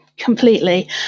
completely